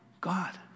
God